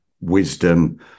wisdom